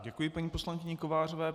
Děkuji paní poslankyni Kovářové.